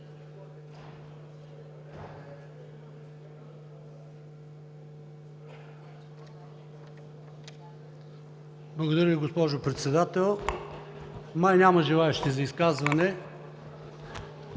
Благодаря Ви, госпожо Председател. Май няма желаещи за изказване?